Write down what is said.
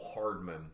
Hardman